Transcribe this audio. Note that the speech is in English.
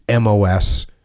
MOS